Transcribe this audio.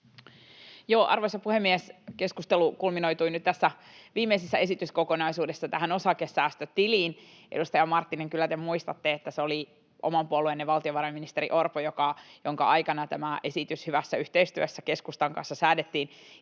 Arvoisa puhemies! Keskustelu kulminoitui nyt tässä viimeisessä esityskokonaisuudessa tähän osakesäästötiliin. Edustaja Marttinen, kyllä te muistatte, että se oli oman puolueenne valtiovarainministeri Orpo, jonka aikana tämä esitys hyvässä yhteistyössä keskustan kanssa säädettiin,